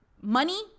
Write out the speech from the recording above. money